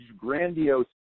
grandiose